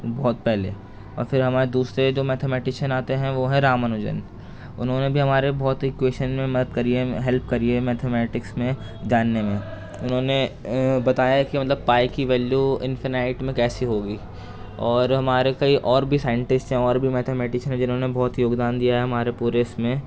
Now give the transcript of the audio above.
بہت پہلے اور فر ہمارے دوسرے جو میتھے میٹیشین آتے ہیں وہ ہیں رامانوجن انہوں نے بھی ہمارے بہت ہی کیوشن میں مدد کری ہے ہیلپ کری ہے میتھے میٹکس میں جاننے میں انہوں نے بتایا کہ مطلب پائے کی ویلیو انفنائٹ میں کیسے ہوگی اور ہمارے کئی اور بھی سائنٹسٹ ہیں اور بھی میتھے میٹیشین ہیں جنہوں نے بہت ہی یوگدان دیا ہے ہمارے پورے اس میں